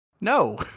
No